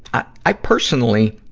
i, i personally,